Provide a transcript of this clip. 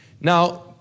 Now